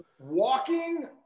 Walking